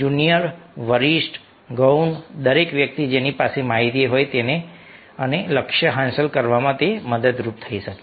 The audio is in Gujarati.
જુનિયર વરિષ્ઠ ગૌણ દરેક વ્યક્તિ જેની પાસે માહિતી હોય અને લક્ષ્ય હાંસલ કરવામાં મદદરૂપ થઈ શકે